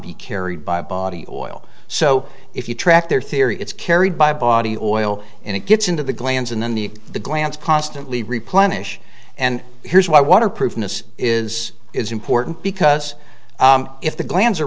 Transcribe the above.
be carried by body oil so if you track their theory it's carried by body oil and it gets into the glands and then the the glance constantly replenish and here's why waterproof is is important because if the glands are